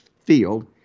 field